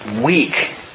weak